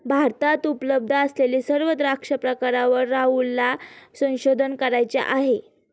भारतात उपलब्ध असलेल्या सर्व द्राक्ष प्रकारांवर राहुलला संशोधन करायचे आहे